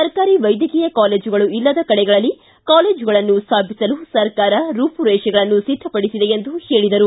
ಸರ್ಕಾರಿ ವೈದ್ಯಕೀಯ ಕಾಲೇಜುಗಳು ಇಲ್ಲದ ಕಡೆಗಳಲ್ಲಿ ಕಾಲೇಜುಗಳನ್ನು ಸ್ಥಾಪಿಸಲು ಸರ್ಕಾರ ರೂಪು ರೇಷೆಗಳನ್ನು ಸಿದ್ಧಪಡಿಸಿದೆ ಎಂದರು